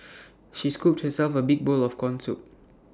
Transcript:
she scooped herself A big bowl of Corn Soup